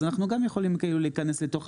אז אנחנו גם יכולים להיכנס לתוך